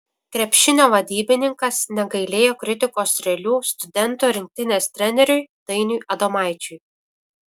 krepšinio vadybininkas negailėjo kritikos strėlių studentų rinktinės treneriui dainiui adomaičiui